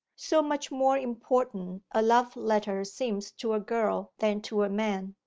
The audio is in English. so much more important a love-letter seems to a girl than to a man.